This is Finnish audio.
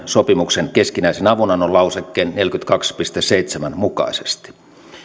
sopimuksen keskinäisen avunannon lausekkeen neljäkymmentäkaksi piste seitsemän mukaisesti